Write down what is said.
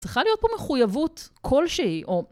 צריכה להיות פה מחויבות כלשהי, או...